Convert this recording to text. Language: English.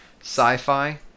sci-fi